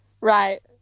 Right